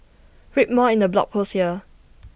read more in the blog post here